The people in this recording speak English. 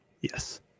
Yes